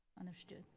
Understood